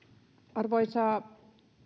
arvoisa